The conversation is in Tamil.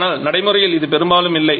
ஆனால் நடைமுறையில் இது பெரும்பாலும் இல்லை